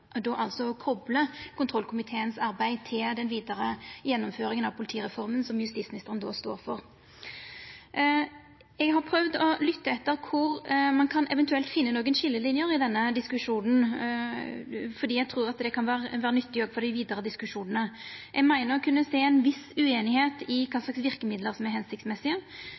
då å kopla kontrollkomiteens arbeid til den vidare gjennomføringa av politireforma som justisministeren står for. Eg har prøvd å lytta etter kvar ein eventuelt kan finna nokre skiljelinjer i denne diskusjonen, fordi eg trur at det kan vera nyttig også for dei vidare diskusjonane. Eg meiner å kunna sjå ei viss ueinigheit når det gjeld kva slags verkemiddel som er hensiktsmessige.